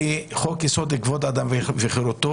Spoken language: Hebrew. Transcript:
כי חוק יסוד: כבוד האדם וחירותו,